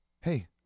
hey